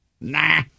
nah